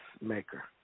maker